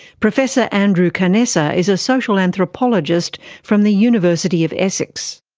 professor andrew canessa is a social anthropologist from the university of essex.